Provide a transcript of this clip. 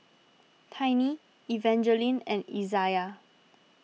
Tiny Evangeline and Izayah